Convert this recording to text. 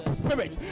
spirit